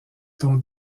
ton